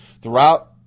Throughout